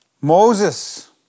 Moses